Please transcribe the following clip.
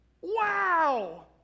Wow